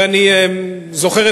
ואני זוכר,